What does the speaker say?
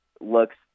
looks